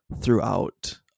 throughout